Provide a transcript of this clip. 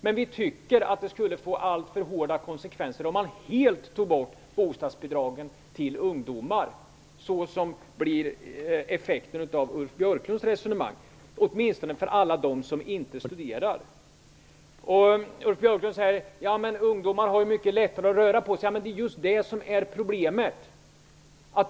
Men vi tycker att det skulle få alltför hårda konsekvenser om man helt tog bort bostadsbidragen till ungdomar, vilket skulle bli effekten av Ulf Björklunds resonemang, åtminstone för alla dem som inte studerar. Ulf Björklund säger att ungdomar har mycket lättare att röra på sig. Men det är just det som är problemet.